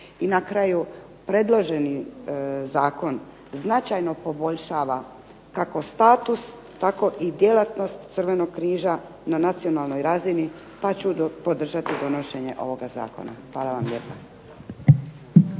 I na kraju predloženi Zakon značajno poboljšava kako status tako i djelatnost Crvenog križa na nacionalnoj razini pa ću podržati donošenje ovoga Zakona. Hvala vam lijepa.